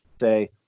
say